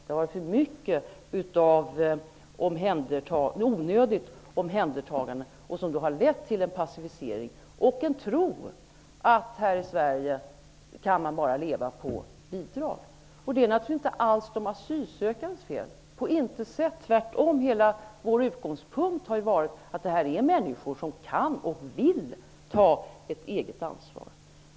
Det har varit för mycket onödigt omhändertagande, som har lett till en passivisering och en tro att man här i Sverige kan leva bara på bidrag. Det är naturligtvis inte alls de asylsökandes fel -- på intet sätt. Tvärtom har vår utgångspunkt varit att dessa människor kan och vill ta ett eget ansvar.